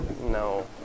No